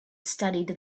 studied